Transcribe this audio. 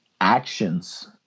actions